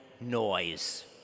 noise